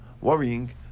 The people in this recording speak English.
worrying